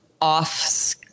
Off